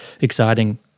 exciting